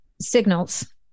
signals